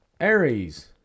Aries